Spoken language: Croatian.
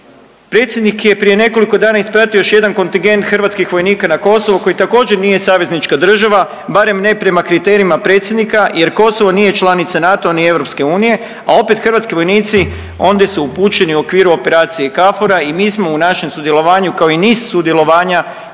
Predsjednik je prije nekoliko dana ispratio još jedan kontingent hrvatskih vojnika na Kosovo koji također nije saveznička država barem ne prema kriterijima predsjednika, jer Kosovo nije članica NATO-a ni EU, a opet hrvatski vojnici ondje su upućeni u okviru operacije KFOR-a i mi smo u našem sudjelovanju kao i niz sudjelovanja